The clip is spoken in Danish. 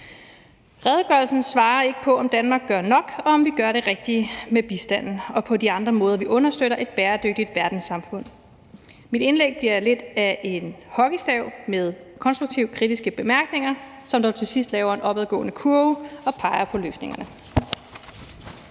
Redegørelsen svarer ikke på, om Danmark gør nok, og om vi gør det rigtige med bistanden og de andre måder, vi understøtter et bæredygtigt verdenssamfund på. Mit indlæg bliver lidt af en hockeystav med konstruktive kritiske bemærkninger, som dog til sidst laver en opadgående kurve og peger på løsningerne.